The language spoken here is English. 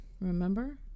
Remember